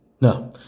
No